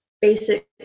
basic